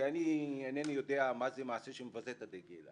כי איני יודע מה זה מעשה שמבזה את הדגל.